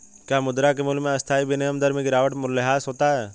क्या मुद्रा के मूल्य में अस्थायी विनिमय दर में गिरावट मूल्यह्रास होता है?